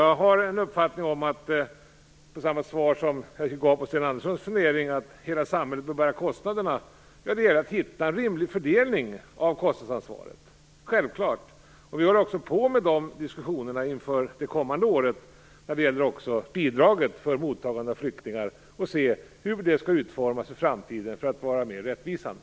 Jag har den uppfattningen, som jag också sade som svar på Sten Anderssons fundering, att hela samhället bör bära kostnaderna. Det gäller självfallet att hitta en rimlig fördelning av kostnadsansvaret. Vi för också de diskussionerna inför det kommande året när det gäller bidraget för mottagande av flyktingar, så att vi skall kunna se hur det skall utformas i framtiden för att vara mer rättvisande.